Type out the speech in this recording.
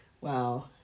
wow